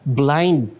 blind